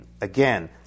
Again